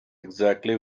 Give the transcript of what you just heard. exactly